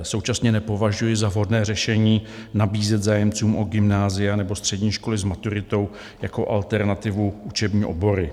Současně nepovažuji za vhodné řešení nabízet zájemcům o gymnázia nebo střední školy s maturitou jako alternativu učební obory.